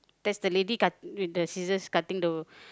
there's the lady cut~ with the scissors cutting the